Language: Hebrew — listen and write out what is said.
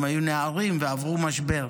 הם היו נערים ועברו משבר.